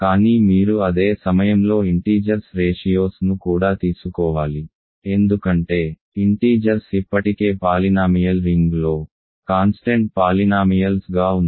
కానీ మీరు అదే సమయంలో ఇంటీజర్స్ రేషియోస్ ను కూడా తీసుకోవాలి ఎందుకంటే ఇంటీజర్స్ ఇప్పటికే పాలినామియల్ రింగ్లో కాన్స్టెంట్ పాలినామియల్స్ గా ఉన్నాయి